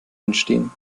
entstehen